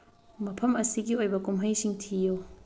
ꯃꯐꯝ ꯑꯁꯤꯒꯤ ꯑꯣꯏꯕ ꯀꯨꯝꯍꯩꯁꯤꯡ ꯊꯤꯌꯨ